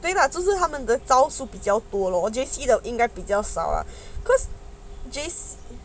对 lah 就是他们的招数比较多 lor J_C 的应该比较少了 because